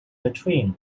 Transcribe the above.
between